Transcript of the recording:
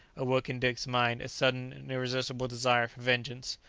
awoke in dick's mind a sudden and irresistible desire for vengeance.